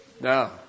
No